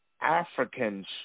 Africans